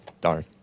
Darn